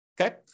Okay